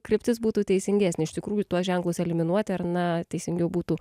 kryptis būtų teisingesnė iš tikrųjų tuos ženklus eliminuoti ar na teisingiau būtų